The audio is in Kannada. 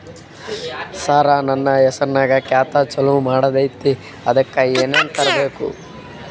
ಸರ, ನನ್ನ ಹೆಸರ್ನಾಗ ಖಾತಾ ಚಾಲು ಮಾಡದೈತ್ರೀ ಅದಕ ಏನನ ತರಬೇಕ?